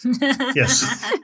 Yes